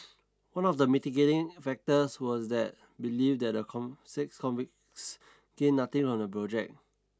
one of the mitigating factors was that belief that the six convicts gained nothing on the project